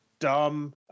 dumb